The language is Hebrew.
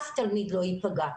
אף תלמיד - לא ייפגע.